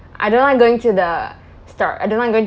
I don't like going to the star~ I don't like going